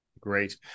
Great